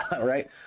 right